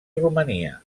romania